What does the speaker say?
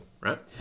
right